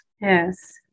Yes